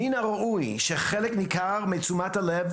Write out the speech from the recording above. מן הראוי שחלק ניכר מתשומת הלב